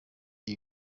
iyi